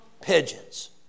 pigeons